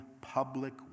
public